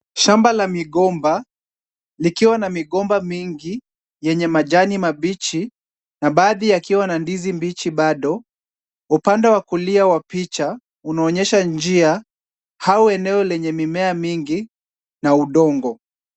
Shamba la migomba likiwa na migomba mingi yenye majani mabichi na baadhi yakiwa na ndizi mbichi bado. Upande wa kulia wa picha unaonyesha njia au eneo lenye mimea mingi na udongo.